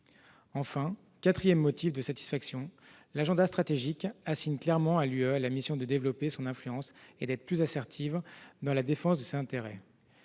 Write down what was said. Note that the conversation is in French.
Enfin, quatrième motif de satisfaction : l'agenda stratégique assigne clairement à l'Union européenne la mission de développer son influence et d'être plus assertive dans la défense de ses intérêts.